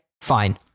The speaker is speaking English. fine